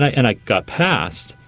and i got passed,